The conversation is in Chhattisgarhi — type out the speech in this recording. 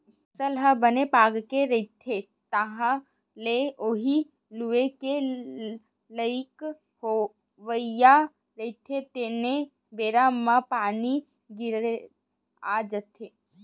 फसल ह बने पाकगे रहिथे, तह ल उही लूए के लइक होवइया रहिथे तेने बेरा म पानी, गरेरा आ जाथे